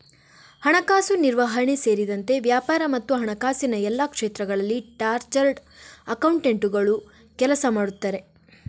ಹಣಕಾಸು ನಿರ್ವಹಣೆ ಸೇರಿದಂತೆ ವ್ಯಾಪಾರ ಮತ್ತು ಹಣಕಾಸಿನ ಎಲ್ಲಾ ಕ್ಷೇತ್ರಗಳಲ್ಲಿ ಚಾರ್ಟರ್ಡ್ ಅಕೌಂಟೆಂಟುಗಳು ಕೆಲಸ ಮಾಡುತ್ತಾರೆ